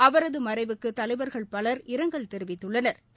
அவரது மறைவுக்கு தலைவா்கள் பலர் இரங்கல் தெரிவித்துள்ளனா்